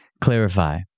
clarify